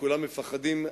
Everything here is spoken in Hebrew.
כולם מפחדים,